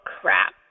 crap